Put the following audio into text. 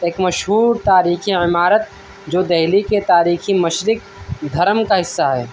ایک مشہور تاریخی عمارت جو دہلی کے تاریخی مشرق دھرم کا حصہ ہے